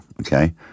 Okay